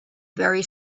very